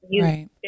Right